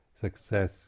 Success